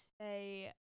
say